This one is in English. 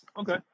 Okay